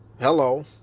hello